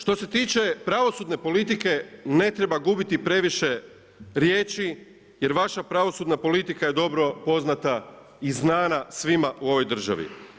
Što se tiče pravosudne politike, ne treba gubiti previše riječi jer vaša pravosudna politika je dobro poznata i znana svima u ovoj državi.